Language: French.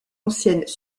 anciennes